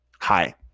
hi